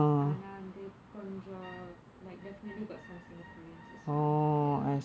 ஆனா வந்து கொஞ்ச:aana vanthu konja like definitely got some singaporeans as well ya